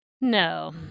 No